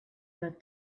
that